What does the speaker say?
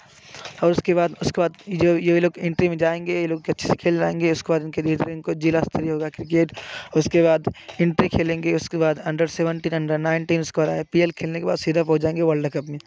और उसके बाद उसके बाद यह लोग एंट्री में जाएँगे यह लोग कैसे खेल जाएँगे उसको दिन के लिए ट्रेन को जिला स्तरीय होगा क्रिकेट उसके बाद एंट्री खेलेंगे उसके बाद अंडर सेवेंटीन अंडर नाइंटीन उसके बाद आईपीएल खेलने के बाद सीधा पहुँच जाएँगे वर्ल्ड कप में